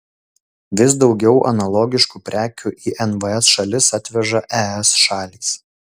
vis daugiau analogiškų prekių į nvs šalis atveža es šalys